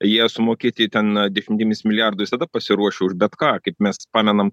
jie sumokėti ten dešimtimis milijardų visada pasiruošę už bet ką kaip mes pamenam